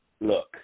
Look